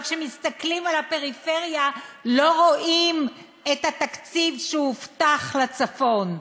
אבל כשמסתכלים על הפריפריה לא רואים את התקציב שהובטח לצפון.